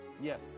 yes